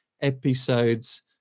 episodes